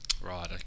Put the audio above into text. right